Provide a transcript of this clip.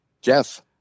Jeff